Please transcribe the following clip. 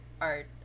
art